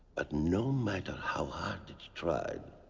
but no matter how hard it tried,